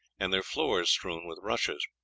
and their floors strewn with rushes.